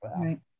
Right